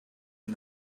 hem